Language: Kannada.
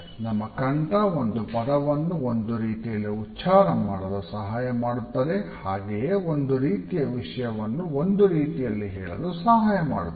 ನಮ್ಮ ಕಂಠ ಒಂದು ಪದವನ್ನು ಒಂದು ರೀತಿಯಲ್ಲಿ ಉಚ್ಚಾರ ಮಾಡಲು ಸಹಾಯ ಮಾಡುತ್ತದೆ ಹಾಗೆಯೆ ಒಂದು ರೀತಿಯ ವಿಷಯವನ್ನು ಒಂದು ರೀತಿಯಲ್ಲಿ ಹೇಳಲು ಸಹಾಯ ಮಾಡುತ್ತದೆ